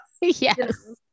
yes